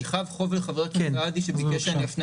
אני חב חוב לחבר הכנסת סעדי שביקש שאפנה